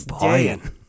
buying